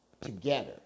Together